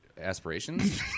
Aspirations